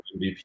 MVP